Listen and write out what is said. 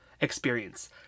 experience